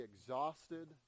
exhausted